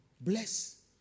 bless